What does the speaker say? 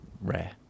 rare